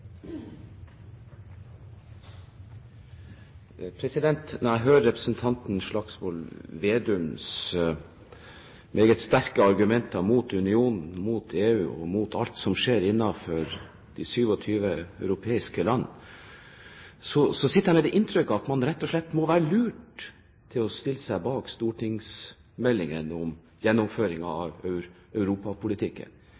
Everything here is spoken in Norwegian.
Når jeg hører representanten Slagsvold Vedums meget sterke argumenter mot unionen – mot EU og mot alt som skjer innenfor 27 europeiske land – sitter jeg med det inntrykket at man rett og slett må ha blitt lurt til å stille seg bak stortingsmeldingen om